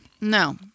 No